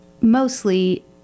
mostly